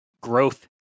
growth